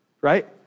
right